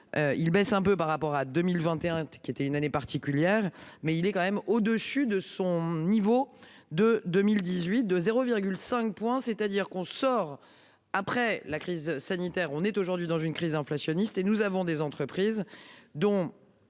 Il baisse un peu par rapport à 2021 qui était une année particulière mais il est quand même au-dessus de son niveau de 2018, 2 0,5 point, c'est-à-dire qu'on sort après la crise sanitaire. On est aujourd'hui dans une crise inflationniste et nous avons des entreprises dont.